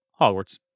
Hogwarts